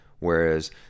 Whereas